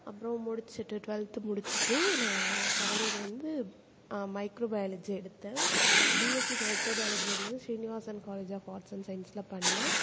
அப்றம் முடிச்சுட்டு டுவெல்த்து முடிச்சுட்டு நான் காலேஜ் வந்து மைக்ரோபயாலஜி எடுத்தேன் பிஎஸ்சி மைக்ரோபயாலஜி வந்து Srinivasan college of arts and சயின்ஸில் பண்ணேன்